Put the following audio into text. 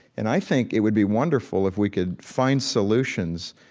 and i think it would be wonderful if we could find solutions.